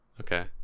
Okay